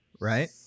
right